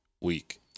week